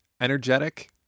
energetic